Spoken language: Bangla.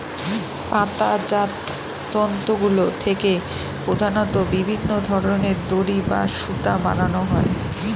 পাতাজাত তন্তুগুলা থেকে প্রধানত বিভিন্ন ধরনের দড়ি বা সুতা বানানো হয়